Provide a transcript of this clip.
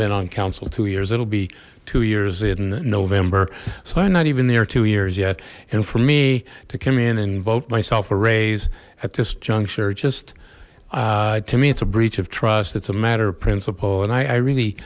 been on council two years it'll be two years in november so i'm not even there two years yet for me to come in and vote myself a raise at this juncture just to me it's a breach of trust it's a matter of principle and i really